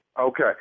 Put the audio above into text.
Okay